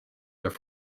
their